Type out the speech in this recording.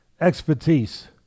expertise